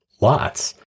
lots